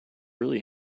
really